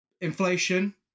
Inflation